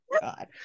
God